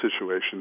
situation